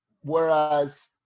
whereas